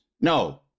No